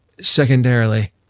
secondarily-